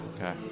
Okay